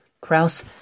Kraus